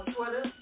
Twitter